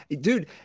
dude